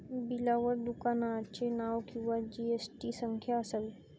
बिलावर दुकानाचे नाव किंवा जी.एस.टी संख्या असावी